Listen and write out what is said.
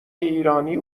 ایرانی